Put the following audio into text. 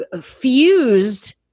Fused